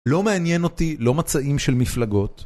לא מעניין אותי, לא מצעים של מפלגות.